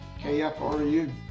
KFRU